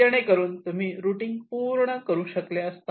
जेणेकरून तुम्ही रुटींग पूर्ण करू शकले असता